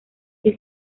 que